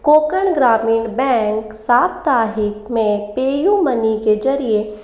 कोंकण ग्रामीण बैंक साप्ताहिक में पे यू मनी के जरिए